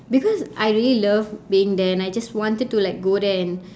because I really love being there and I just wanted to like go there and